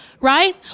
Right